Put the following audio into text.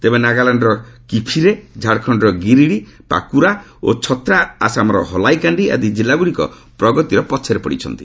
ତେବେ ନାଗାଲାଣ୍ଡର କିଫିରେ ଝାରଖଣ୍ଡର ଗିରିଡ଼ି ପାକୁର ଓ ଛତ୍ରା ଆସାମର ହଲାଇକାଣ୍ଡି ଆଦି କିଲ୍ଲାଗୁଡ଼ିକ ପ୍ରଗତିର ପଛରେ ପଡ଼ିଛନ୍ତି